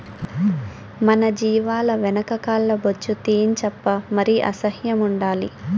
మన జీవాల వెనక కాల్ల బొచ్చు తీయించప్పా మరి అసహ్యం ఉండాలి